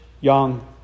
young